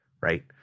right